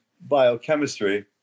biochemistry